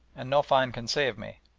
and no fine can save me,